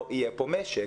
לא יהיה פה משק.